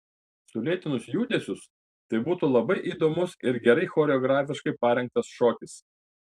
sulėtinus judesius tai būtų labai įdomus ir gerai choreografiškai parengtas šokis